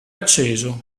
acceso